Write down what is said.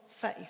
faith